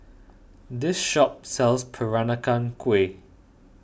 this shop sells Peranakan Kueh